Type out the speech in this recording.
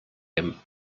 him